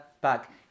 back